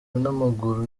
n’amaguru